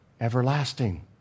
Everlasting